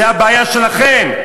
זאת הבעיה שלכם.